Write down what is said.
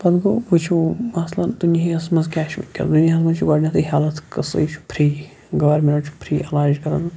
پَتہٕ گوو وٕچھِو مَثلاً دُنیَہَس مَنٛز کیاہ چھُ ونکٮ۪س دُنیَہَس مَنٛز چھُ گۄڈنیتھے ہیٚلتھ قصہٕ یہِ چھُ پھری گورمنٹ چھُ پھری علاج کَران